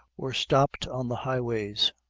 were stopped on the highways,